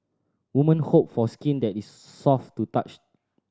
women hope for skin that is soft to touch